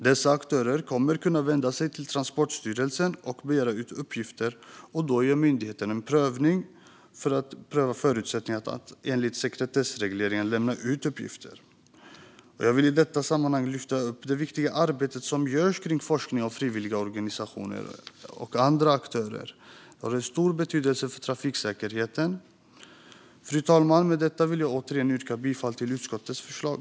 Dessa aktörer kommer att kunna vända sig till Transportstyrelsen och begära ut uppgifter, och då gör myndigheten en prövning av förutsättningarna att enligt sekretessregleringen lämna ut uppgifter. Jag vill i detta sammanhang lyfta upp det viktiga arbete kring forskning som frivilligorganisationer och andra aktörer gör och deras stora betydelse för trafiksäkerheten. Fru talman! Med detta vill jag återigen yrka bifall till utskottets förslag.